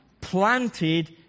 planted